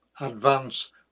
advance